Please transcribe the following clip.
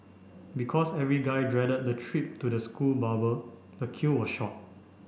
because every guy dreaded the trip to the school barber the queue was short